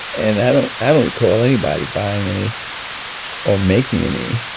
and i don't ah don't recall anybody buying any or making any,